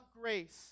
grace